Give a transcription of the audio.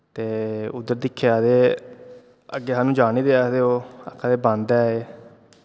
ते उद्धर दिक्खेआ ते अग्गें सानूं जान निं देआ दे हे ओह् आक्खा दे बंद ऐ एह्